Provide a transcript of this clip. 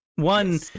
One